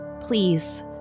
please